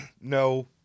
no